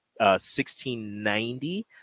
1690